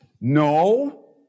No